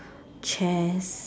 chairs